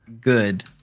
good